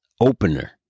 opener